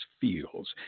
feels